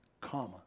comma